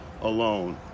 alone